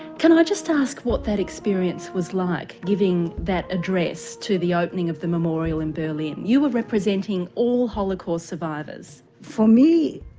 can i just ask what that experience was like, giving that address to the opening of the memorial in berlin. you were representing all holocaust survivors. for me,